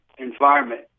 Environment